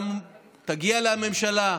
אתה תגיע לממשלה,